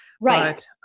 Right